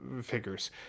figures